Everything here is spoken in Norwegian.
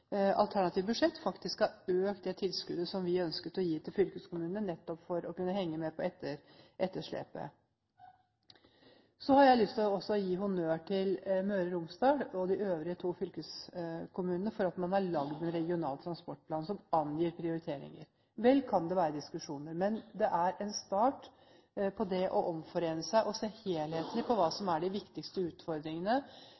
alternative budsjetter faktisk har økt det tilskuddet som vi har ønsket å gi til fylkeskommunene, nettopp for å kunne henge med på etterslepet. Så har jeg også lyst til å gi honnør til Møre og Romsdal og de øvrige to fylkeskommunene for at man har laget en regional transportplan som angir prioriteringer. Vel kan det være diskusjoner, men det er en start på det å omforene seg og se helhetlig på hva